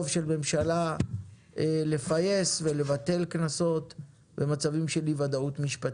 של ממשלה לפייס ולבטל קנסות במצבים של אי-ודאות משפטית.